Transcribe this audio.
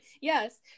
Yes